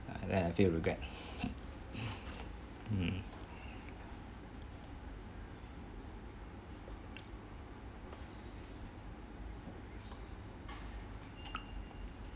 then I feel regret mm